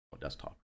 desktop